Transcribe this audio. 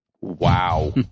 Wow